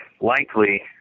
likely